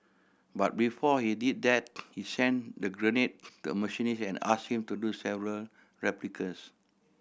but before he did that he sent the grenade to a machinist and asked him to do several replicas